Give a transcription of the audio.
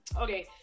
Okay